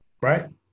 right